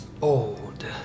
old